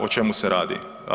O čemu se radi?